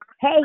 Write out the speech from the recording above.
Hey